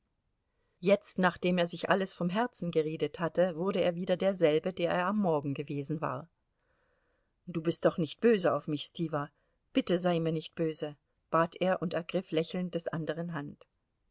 jetzt nachdem er sich alles vom herzen geredet hatte wurde er wieder derselbe der er am morgen gewesen war du bist doch nicht böse auf mich stiwa bitte sei mir nicht böse bat er und ergriff lächelnd des anderen hand